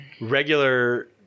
regular